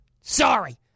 Sorry